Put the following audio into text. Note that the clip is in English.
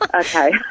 Okay